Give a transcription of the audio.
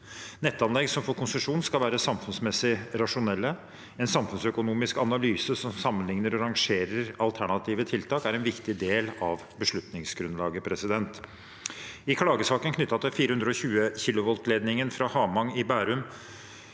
Nettanlegg som får konsesjon, skal være samfunnsmessig rasjonelle. En samfunnsøkonomisk analyse som sammenligner og rangerer alternative tiltak, er en viktig del av beslutningsgrunnlaget. I klagesaken knyttet til 420 kV-ledningen fra Hamang i Bærum